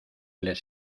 les